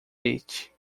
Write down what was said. beach